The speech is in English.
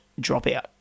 dropout